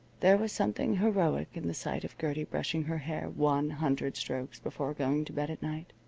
there was something heroic in the sight of gertie brushing her hair one hundred strokes before going to bed at night.